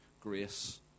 grace